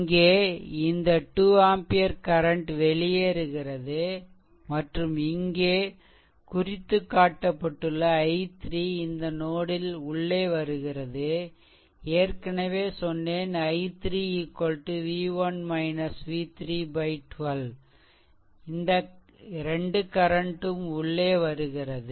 இங்கே இந்த 2 ampere current வெளியேறுகிறது மற்றும் இங்கே குறித்து காட்டப்பட்டுள்ள i3 இந்த நோட் ல் உள்ளே வருகிறது ஏற்கனவே சொன்னேன் i3 v1 v3 12 இந்த 2 கரண்ட் ம் உள்ளே வருகிறது